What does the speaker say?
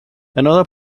another